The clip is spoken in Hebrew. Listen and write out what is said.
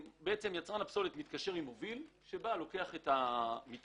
יצרן הפסולת מתקשר עם המוביל שבא ולוקח את הפסולת.